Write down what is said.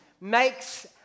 makes